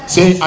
Say